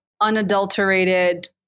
unadulterated